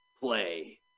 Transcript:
play